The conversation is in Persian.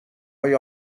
های